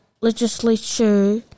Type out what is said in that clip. legislature